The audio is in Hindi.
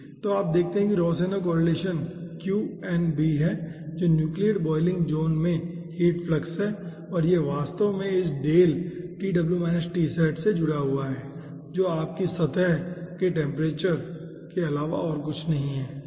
तो आप देखते हैं कि रोहसेनो कोरिलेसन है जो न्यूक्लियेट बॉयलिंग जोन में हीट फ्लक्स है और यह वास्तव में इस del से जुड़ा है जो आपके सतह के टेम्परेचर के अलावा और कुछ नहीं है